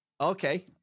okay